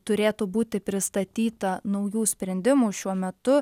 turėtų būti pristatyta naujų sprendimų šiuo metu